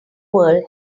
world